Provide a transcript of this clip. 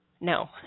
No